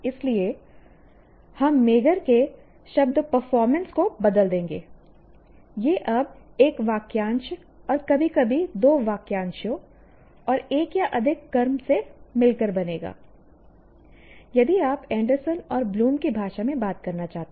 इसलिए हम मेगर के शब्द परफॉर्मेंस को बदल देंगे यह अब एक वाक्यांश और कभी कभी दो वाक्यांशों और एक या अधिक कर्म से मिलकर बनेगा यदि आप एंडरसन और ब्लूम की भाषा में बात करना चाहते हैं